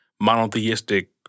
monotheistic